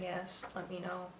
guess you know